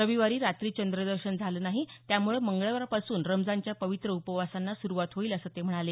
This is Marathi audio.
रविवारी रात्री चंद्र दर्शन झालं नाही त्यामुळे मंगळवारपासून रमजानच्या पवित्र उपवासांना सुरूवात होईल असं ते म्हणाले